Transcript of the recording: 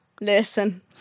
listen